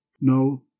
No